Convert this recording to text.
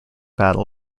battle